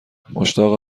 مشتاق